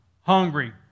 hungry